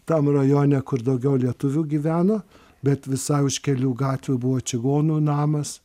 tam rajone kur daugiau lietuvių gyveno bet visai už kelių gatvių buvo čigonų namas